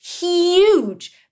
huge